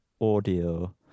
audio